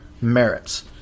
merits